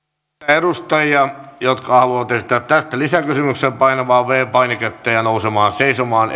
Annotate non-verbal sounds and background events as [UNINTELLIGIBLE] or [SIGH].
edustajia jotka haluavat esittää tästä lisäkysymyksen painamaan viides painiketta ja nousemaan seisomaan [UNINTELLIGIBLE]